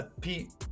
pete